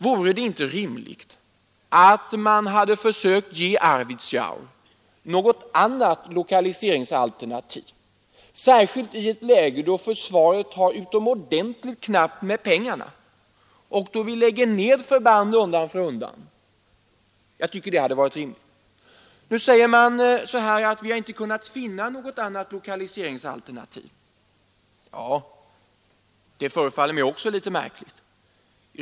Hade det inte varit rimligt att försöka ge Arvidsjaur något annat lokaliseringsalternativ, särskilt i ett läge då försvaret har utomordentligt knappt med pengar och vi lägger ned förband undan för undan? Jag tycker att det hade varit rimligt. Nu säger försvarsministern att man inte har kunnat finna något annat lokaliseringsalternativ. Det förefaller mig också litet märkligt.